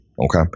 Okay